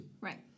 right